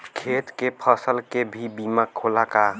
खेत के फसल के भी बीमा होला का?